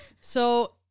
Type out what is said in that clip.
So-